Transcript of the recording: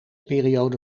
periode